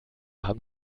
haben